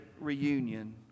reunion